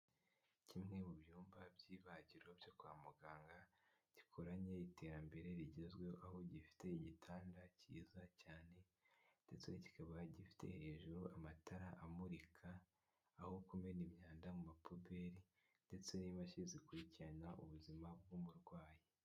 Kimwe mu byumba by'ibagiro byo kwa muganga, gikoranye iterambere rigezwe aho gifite igitanda Kiza cyane ndetse kikaba gifite hejuru amatara amurika, aho kumena imyanda muri puberi ndetse n'imashini zikurikirana ubuzima bw'umurwayi.